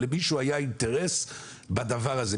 אבל למישהו היה אינטרס בדבר הזה.